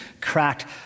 cracked